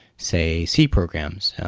say, c programs,